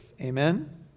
Amen